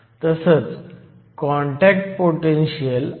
तर Vo हे built in potential आहे